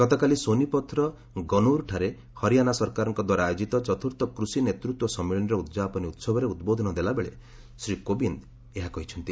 ଗତକାଲି ସୋନିପଥର ଗନୌର୍ ଠାରେ ହରିଆଣା ସରକାରଙ୍କ ଦ୍ୱାରା ଆୟୋଜିତ ଚତୁର୍ଥ କୃଷି ନେତୃତ୍ୱ ସମ୍ମିଳନୀର ଉଦ୍ଯାପନୀ ଉହବରେ ଉଦ୍ବୋଧନ ଦେଲାବେଳେ ଶ୍ରୀ କୋବିନ୍ଦ ଏହା କହିଛନ୍ତି